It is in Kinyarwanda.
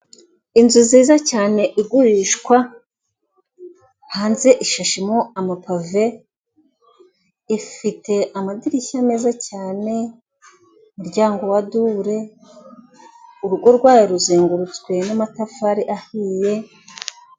Inzu nziza cyane igurishwa hanze ishashi mo amapave, ifite amadirishya meza cyane umuryango wa dubure, urugo rwayo ruzengurutswe n'amatafari ahiye.